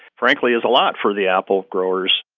frankly, is a lot for the apple growers.